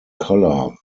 color